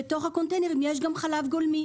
בתוך הקונטיינרים יש גם חלב גולמי,